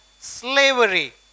slavery